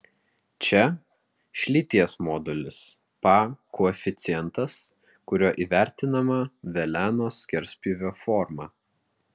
čia šlyties modulis pa koeficientas kuriuo įvertinama veleno skerspjūvio forma